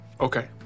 Okay